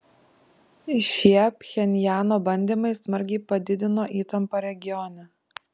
šie pchenjano bandymai smarkiai padidino įtampą regione